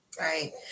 Right